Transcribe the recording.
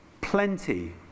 plenty